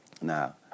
Now